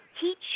Teach